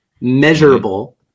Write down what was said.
measurable